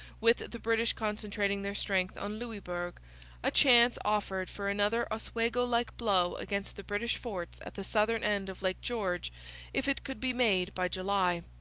with the british concentrating their strength on louisbourg a chance offered for another oswego-like blow against the british forts at the southern end of lake george if it could be made by july.